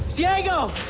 diego!